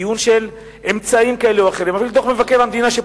דיון על אמצעים כאלה או אחרים,